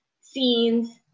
scenes